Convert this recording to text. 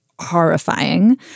horrifying